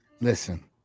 Listen